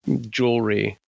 jewelry